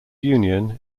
union